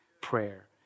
prayer